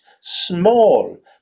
small